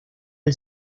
del